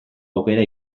aukera